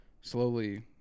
slowly